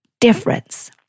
difference